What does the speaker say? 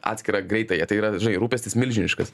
atskirą greitąją tai yra žai rūpestis milžiniškas